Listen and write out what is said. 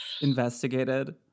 investigated